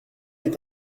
est